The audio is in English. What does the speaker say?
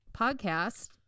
Podcast